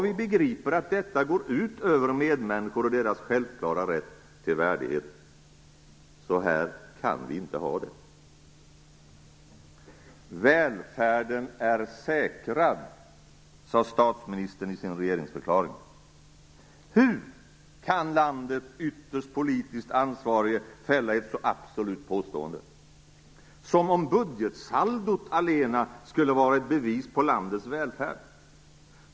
Vi begriper att detta går ut över medmänniskor och deras självklara rätt till värdighet. Så här kan vi inte ha det. Välfärden är säkrad, sade statsministern i sin regeringsförklaring. Hur kan landets politiskt ytterst ansvarige fälla ett så absolut påstående? Som om budgetsaldot allena skulle vara ett bevis på landets välfärd!